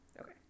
okay